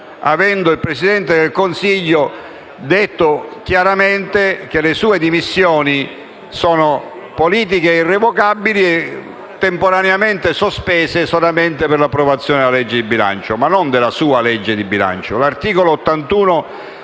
avendo il Presidente del Consiglio detto chiaramente che le sue dimissioni sono politiche e irrevocabili, temporaneamente sospese solo per l'approvazione del disegno di legge di bilancio. Ma non del suo disegno di legge di bilancio.